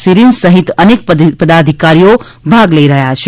સીરીન સહિત અનેક પદાધિકારીઓ ભાગ લઇ રહ્યા છે